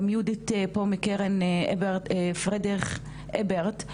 גם יהודית פה מקרן פרדריך אברט,